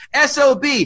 Sob